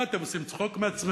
מה, אתם עושים צחוק מעצמכם?